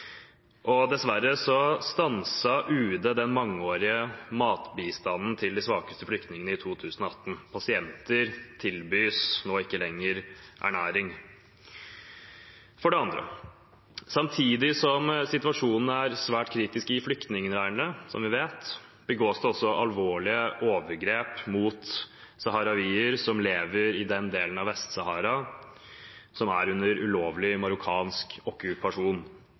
og dessverre stanset UD den mangeårige matbistanden til de svakeste flyktningene i 2018. Pasienter tilbys nå ikke lenger ernæring. For det andre: Samtidig som situasjonen er svært kritisk i flyktningleirene, som vi vet, begås det også alvorlige overgrep mot saharawier som lever i den delen av Vest-Sahara som er under ulovlig marokkansk okkupasjon.